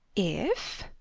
is